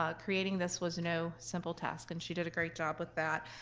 ah creating this was no simple task and she did a great job with that.